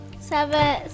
Seven